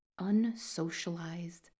Unsocialized